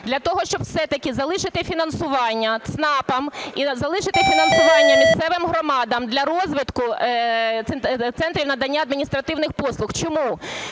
для того, щоб все-таки залишити фінансування ЦНАПам і залишити фінансування місцевим громадам для розвитку центрів надання адміністративних послуг. Чому?